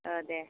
औ दे